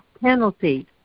penalty